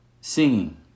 Singing